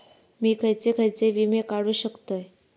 मी खयचे खयचे विमे काढू शकतय?